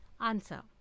answer